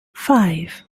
five